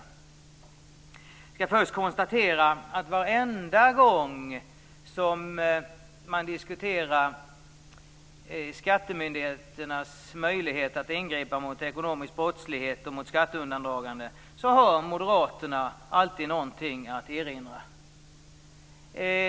Jag skall först konstatera att varenda gång som man diskuterar skattemyndigheternas möjlighet att ingripa mot ekonomisk brottslighet och skatteundandragande har moderaterna någonting att erinra.